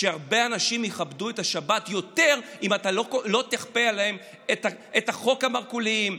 שהרבה אנשים יכבדו את השבת יותר אם אתה לא תכפה עליהם את חוק המרכולים,